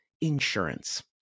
insurance